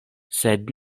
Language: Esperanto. sed